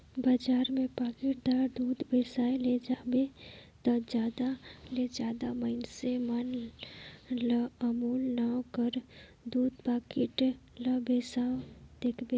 बजार में पाकिटदार दूद बेसाए ले जाबे ता जादा ले जादा मइनसे मन ल अमूल नांव कर दूद पाकिट ल बेसावत देखबे